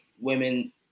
women